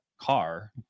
car